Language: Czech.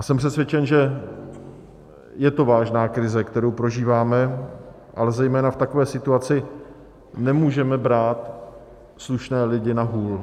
Jsem přesvědčen, že je to vážná krize, kterou prožíváme, ale zejména v takové situaci nemůžeme brát slušné lidi na hůl.